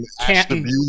Canton